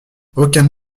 aucun